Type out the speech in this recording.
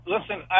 Listen